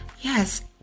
yes